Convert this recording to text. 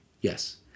Yes